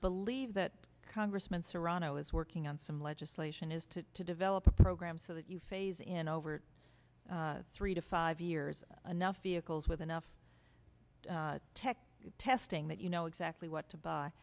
believe that congressman serrano is working on some legislation is to to develop a program so that you phase in over three to five years anough vehicles with enough tech testing that you know exactly what